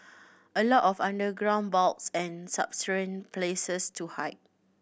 a lot of underground vaults and subterranean places to hide